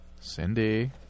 Cindy